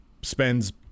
spends